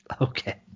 Okay